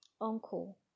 uncle